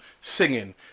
singing